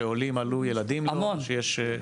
שעולים עלו והילדים נשארו?